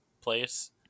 place